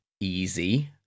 easy